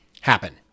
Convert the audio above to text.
happen